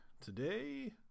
today